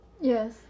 Yes